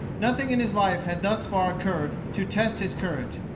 nothing in his life had thus far occurred to test his courage.